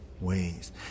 ways